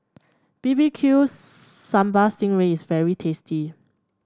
B B Q Sambal Sting Ray is very tasty